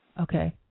Okay